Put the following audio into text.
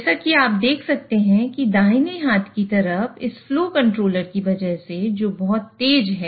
जैसा कि आप देख सकते हैं कि दाहिने हाथ की तरफ इस फ्लो कंट्रोलर होता है